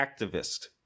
activist